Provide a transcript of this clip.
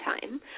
time